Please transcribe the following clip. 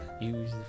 Use